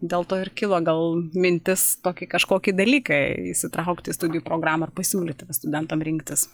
dėl to ir kilo gal mintis tokį kažkokį dalyką įsitraukti į studijų programą ir pasiūlyti va studentam rinktis